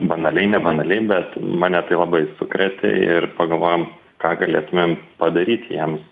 banaliai nebanaliai bet mane tai labai sukrėtė ir pagalvojom ką galėtumėm padaryt jiems